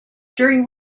during